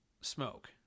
smoke